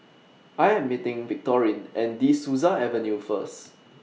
I Am meeting Victorine At De Souza Avenue First